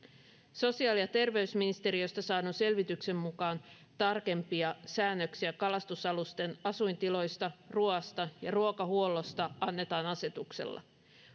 sosiaali ja terveysministeriöstä saadun selvityksen mukaan tarkempia säännöksiä kalastusalusten asuintiloista ruoasta ja ruokahuollosta annetaan asetuksella